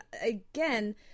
again